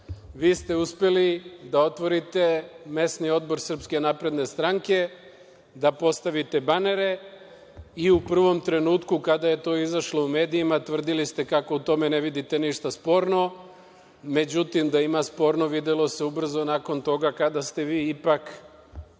kompleks, otvorite mesni odbor SNS, da postavite banere i u prvom trenutku, kada je to izašlo u medijima, tvrdili ste kako u tome ne vidite ništa sporno. Međutim, da ima sporno, videlo se ubrzo nakon toga kada ste vi ipak